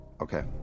Okay